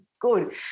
good